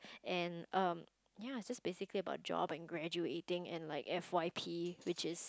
and um ya just basically about job and graduating and like F_Y_P which is